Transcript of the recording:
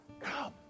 come